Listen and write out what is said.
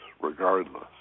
regardless